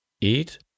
eat